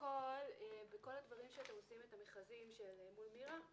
בכל הדברים שאתם עושים את המכרזים מול מירה,